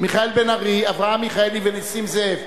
מיכאל בן-ארי, אברהם מיכאלי ונסים זאב.